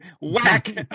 whack